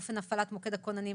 אופן הפעלת מוקד הכוננים,